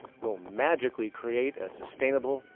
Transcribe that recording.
will magically create a sustainable,